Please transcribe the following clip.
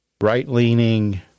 right-leaning